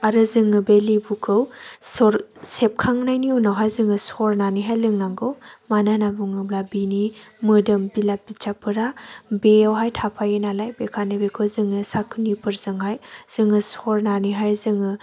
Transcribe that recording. आरो जोङो बे लिबुखौ सेबखांनायनि उनावहाय जोङो सरनानैहाय लोंनांगौ मानो होननानै बुङोब्ला बिनि मोदोम बिलाब बिथाबफोरा बेयावहाय थाफायो नालाय बेखायनो बेखौ जोङो साखनिफोरजोंहाय जोङो सरनानैहाय जोङो